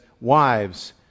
Wives